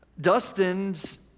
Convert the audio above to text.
Dustin's